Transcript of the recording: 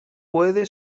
puede